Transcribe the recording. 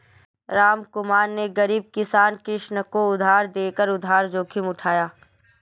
रामकुमार ने गरीब किसान कृष्ण को उधार देकर उधार जोखिम उठाया